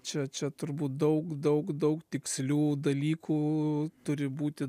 čia čia turbūt daug daug daug tikslių dalykų turi būti